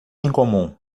incomum